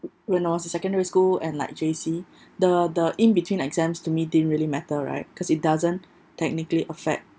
when I was in secondary school and like J_C the the in between exams to me didn't really matter right because it doesn't technically affect